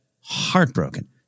heartbroken